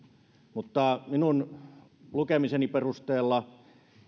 mutta minun lukemiseni perusteella